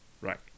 Right